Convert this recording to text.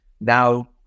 now